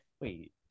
Wait